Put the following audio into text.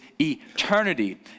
eternity